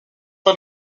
pas